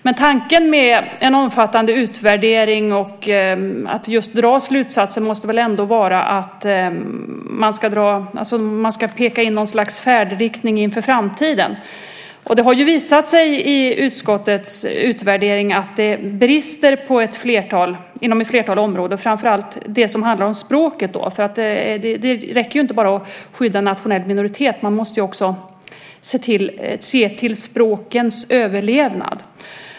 Men tanken med en omfattande utvärdering och att just dra slutsatser måste väl ändå vara att man ska peka ut något slags färdriktning inför framtiden. Det har ju visat sig i utskottets utvärdering att det brister på ett flertal områden, framför allt språkets område. Det räcker ju inte att bara skydda en nationell minoritet - man måste ju också se till språkens överlevnad.